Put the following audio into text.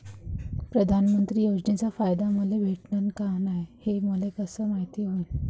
प्रधानमंत्री योजनेचा फायदा मले भेटनं का नाय, हे मले कस मायती होईन?